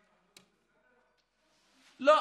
למה, ליד התנחלות זה בסדר?